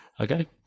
Okay